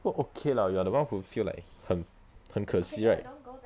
what okay lah you are the one who feel like 很很可惜 right